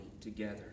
together